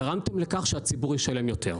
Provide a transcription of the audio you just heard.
וגרמתם לכך שהציבור ישלם יותר.